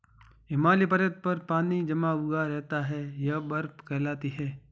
हिमालय पर्वत पर पानी जमा हुआ रहता है यह बर्फ कहलाती है